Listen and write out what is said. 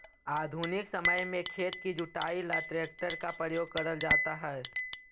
आधुनिक समय में खेत की जुताई ला ट्रैक्टर का प्रयोग करल जाता है